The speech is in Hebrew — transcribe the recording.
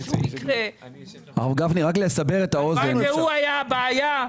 אם הוא היה הבעיה,